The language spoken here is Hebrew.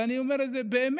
ואני אומר את זה באמת.